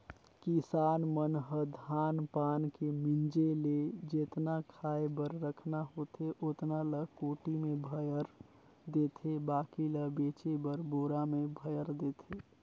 किसान मन ह धान पान के मिंजे ले जेतना खाय बर रखना होथे ओतना ल कोठी में भयर देथे बाकी ल बेचे बर बोरा में भयर देथे